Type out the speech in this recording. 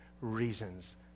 reasons